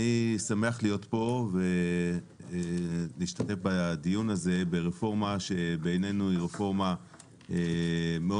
אני שמח להיות פה ולהשתתף בדיון הזה ברפורמה שבעינינו היא רפורמה מאוד